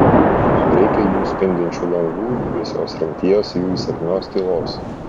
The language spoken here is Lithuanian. man reikia jų spindinčių langų jų vėsios rimties jų įsakmios tylos